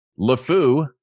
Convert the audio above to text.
LeFou